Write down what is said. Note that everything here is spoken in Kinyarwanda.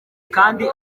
kandi